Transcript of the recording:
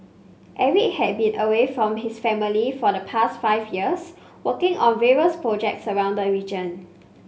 Eric had been away from his family for the past five years working on various projects around the region